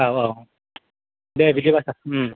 औ औ दे बिदिबा सार